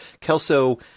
Kelso